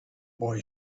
boy